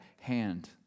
Hand